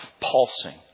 pulsing